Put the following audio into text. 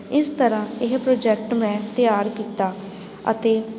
ਇਸ ਤਰ੍ਹਾਂ ਇਹ ਪ੍ਰੋਜੈਕਟ ਮੈਂ ਤਿਆਰ ਕੀਤਾ ਅਤੇ